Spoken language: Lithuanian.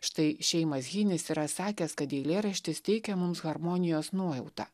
štai šeimas hinis yra sakęs kad eilėraštis teikia mums harmonijos nuojautą